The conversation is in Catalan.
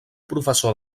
professor